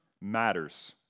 matters